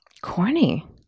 Corny